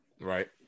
right